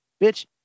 Bitch